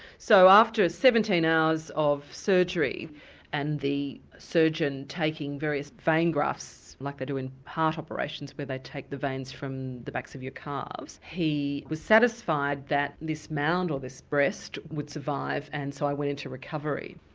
so after seventeen hours of surgery and the surgeon taking various vein grafts like they do in heart operations where they take the veins from the backs of your calves, he was satisfied that this mound, or this breast would survive and so i went into recovery.